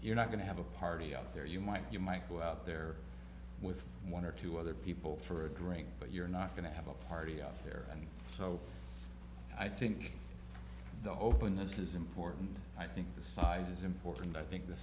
you're not going to have a party out there you might you might go out there with one or two other people for a drink but you're not going to have a party out here and so i think the openness is important i think the size is important i think the